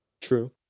True